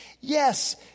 Yes